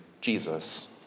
Jesus